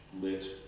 lit